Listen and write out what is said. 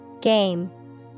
Game